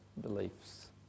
beliefs